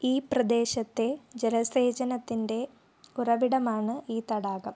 ഈ പ്രദേശത്തെ ജലസേചനത്തിൻ്റെ ഉറവിടമാണ് ഈ തടാകം